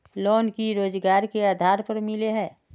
Loan की रोजगार के आधार पर मिले है?